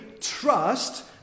trust